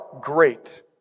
great